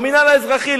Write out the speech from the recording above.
והמינהל האזרחי,